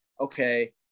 okay